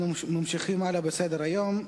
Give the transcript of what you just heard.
אנחנו ממשיכים הלאה בסדר-היום: